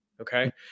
okay